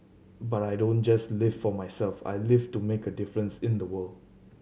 but I don't just live for myself I live to make a difference in the world